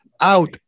out